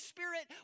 Spirit